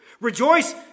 Rejoice